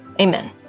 Amen